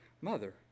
mother